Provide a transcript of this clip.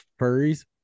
furries